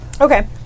Okay